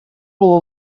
will